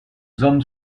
hommes